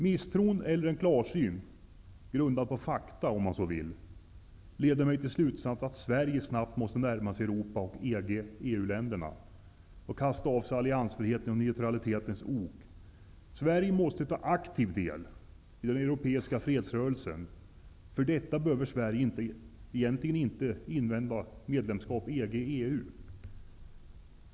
Misstron eller en klarsyn, grundad på fakta om man så vill, leder mig till slutsatsen att Sverige snabbt måste närma sig Europa och EG EU.